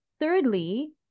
thirdly